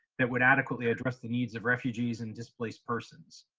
that would adequately address the needs of refugees and displaced persons.